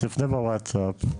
תפנה בווטסאפ,